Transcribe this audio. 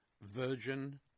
virgin –